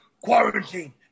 Quarantine